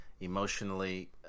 emotionally